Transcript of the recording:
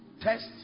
Test